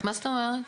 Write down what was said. מה זאת אומרת?